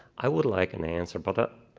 i would like an answer. but